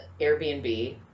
Airbnb